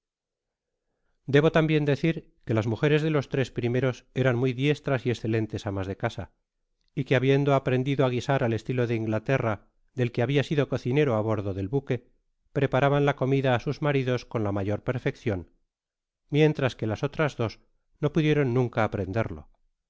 debo tambien decir que las mujeres de los tres primeros eran muy diestras y escetentes amas de easa y que habiendo aprendido á guisar ai estilo de inglaterra del que habia sido cocinero á bordo del buque preparaban la comida á sus maridos con la mayor perfeccion mientras que las otras dos no pudieron nunca aprenderlo